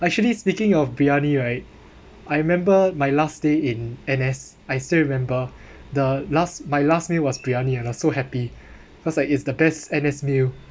actually speaking of briyani right I remember my last day in N_S I still remember the last my last meal was briyani and I'm so happy because like it's the best N_S meal